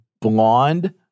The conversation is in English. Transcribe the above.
blonde